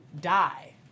die